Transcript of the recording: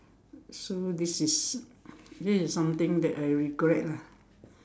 so this is this is something that I regret lah